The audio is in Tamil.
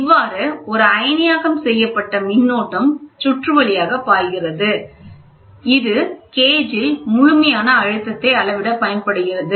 இவ்வாறு ஒரு அயனியாக்கம் செய்யப்பட்ட மின்னோட்டம் சுற்று வழியாக பாய்கிறது இது கேஜ் ல் முழுமையான அழுத்தத்தை அளவிட பயன்படுகிறது